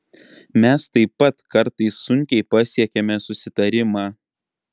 mes taip pat kartais sunkiai pasiekiame susitarimą